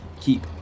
keep